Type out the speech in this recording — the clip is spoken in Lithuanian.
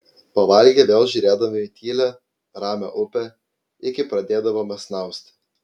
pavalgę vėl žiūrėdavome į tylią ramią upę iki pradėdavome snausti